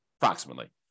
approximately